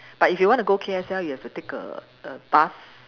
but if you want to go K_S_L you have to take a a bus